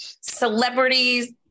celebrities